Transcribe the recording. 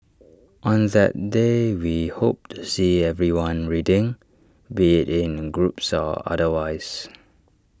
on that day we hope to see everyone reading be IT in groups or otherwise